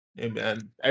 Amen